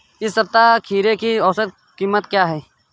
इस सप्ताह खीरे की औसत कीमत क्या है?